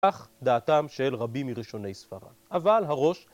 כך דעתם של רבי מראשוני ספרד. אבל הראש...